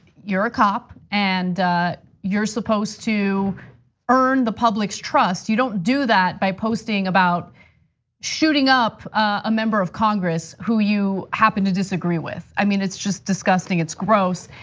you're a cop and you're supposed to earn the public's trust, you don't do that by posting about shooting up a member of congress who you happened to disagree with. i mean, it's just disgusting, it's gross.